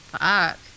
Fuck